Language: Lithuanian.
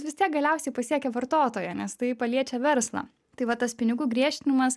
vis tiek galiausiai pasiekia vartotoją nes tai paliečia verslą tai va tas pinigų griežtinimas